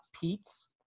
Pete's